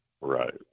Right